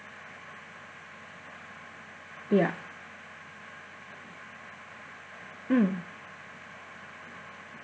ya mm